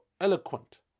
eloquent